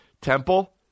temple